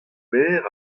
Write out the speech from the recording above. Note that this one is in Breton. berr